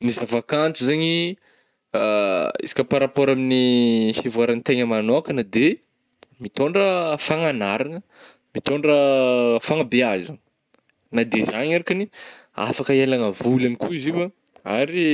Ny zavakanto zegny izy ka par rapport amin'ny fivoaragn'ny tegna manôkagna de mitôndra fagnanarana, mitôndra fagnabeazagna na de zany arakany, afaka hialagna voly ihany koa izy io ah ary